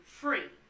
free